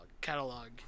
catalog